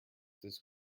this